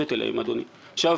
עושים.